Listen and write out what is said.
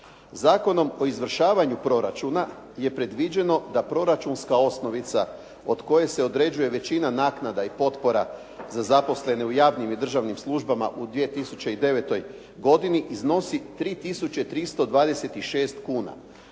Zakonom o izvršavanju proračuna je predviđeno da proračunska osnovica od koje se određuje većina naknada i potpora za zaposlene u javnim i državnim službama u 2009. godini iznosi 3 326 kuna,